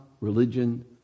religion